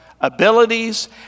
abilities